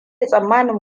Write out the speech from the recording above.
tsammanin